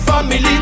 family